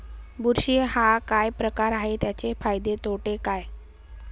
बुरशी हा काय प्रकार आहे, त्याचे फायदे तोटे काय?